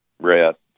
rest